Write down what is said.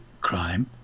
crime